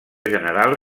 general